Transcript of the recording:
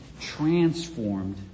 transformed